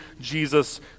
Jesus